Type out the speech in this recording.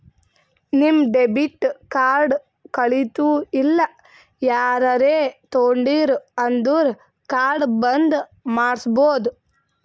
ನಿಮ್ debit card ಕಳಿತು ಇಲ್ಲ ಯಾರರೇ ತೊಂಡಿರು ಅಂದುರ್ ಕಾರ್ಡ್ ಬಂದ್ ಮಾಡ್ಸಬೋದು